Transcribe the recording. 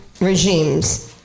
regimes